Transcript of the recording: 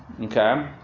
Okay